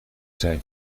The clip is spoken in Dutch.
zijn